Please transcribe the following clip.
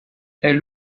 elle